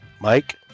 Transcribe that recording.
Mike